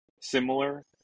similar